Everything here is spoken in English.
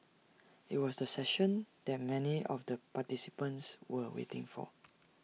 IT was the session that many of the participants were waiting for